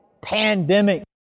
pandemic